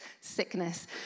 sickness